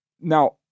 Now